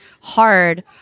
hard